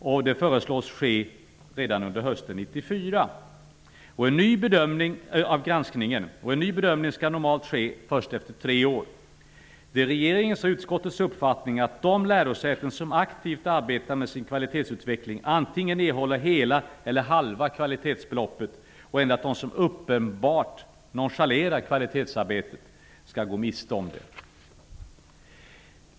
Regeringen föreslår att denna granskning skall ske redan under hösten 1994. En ny bedömning skall normalt göras först efter tre år. Det är regeringens och utskottets uppfattning att de lärosäten som aktivt arbetar med sin kvalitetsutveckling skall erhålla antingen hela eller halva kvalitetsbeloppet, och enbart de som uppenbart nonchalerar kvalitetsarbetet bör gå miste om kvalitetsbeloppet.